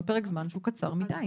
זה לא פרק זמן שהוא קצר מדי?